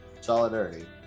solidarity